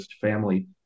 family